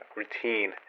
routine